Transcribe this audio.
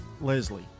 Leslie